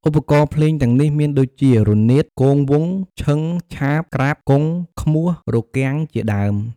ឧបករណ៍ភ្លេងទាំងនេះមានដូចជា រនាត គងវង់ ឈឹង ឆាប ក្រាប់ គង ឃ្មោះ រគាំងជាដើម។